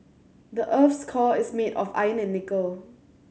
the earth's core is made of iron and nickel